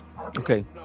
Okay